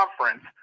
conference